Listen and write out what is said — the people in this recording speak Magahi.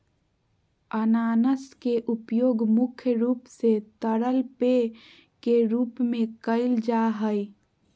अनानास के उपयोग मुख्य रूप से तरल पेय के रूप में कईल जा हइ